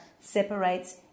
separates